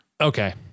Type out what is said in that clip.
Okay